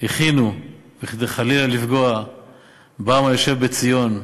הכינו כדי חלילה לפגוע בעם היושב בציון,